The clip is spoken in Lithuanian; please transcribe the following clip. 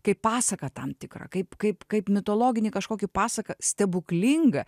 kaip pasaką tam tikrą kaip kaip kaip mitologinį kažkokį pasaką stebuklingą